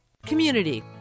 community